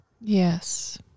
Yes